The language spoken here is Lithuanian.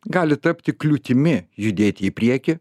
gali tapti kliūtimi judėti į priekį